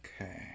Okay